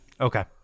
Okay